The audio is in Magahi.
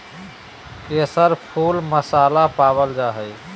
केसर फुल मसाला पावल जा हइ